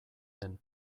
den